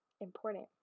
important